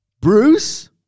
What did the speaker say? bruce